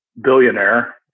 billionaire